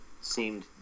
seemed